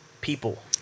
people